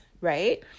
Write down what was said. right